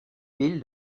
ville